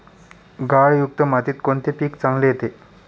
गाळयुक्त मातीत कोणते पीक चांगले येते?